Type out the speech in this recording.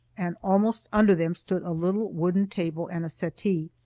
and almost under them stood a little wooden table and a settee.